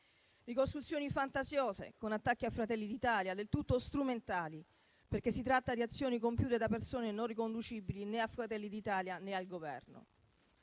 Ricostruzioni fantasiose, con attacchi a Fratelli d'Italia del tutto strumentali, perché si tratta di azioni compiute da persone non riconducibili né a Fratelli d'Italia, né al Governo.